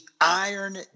Iron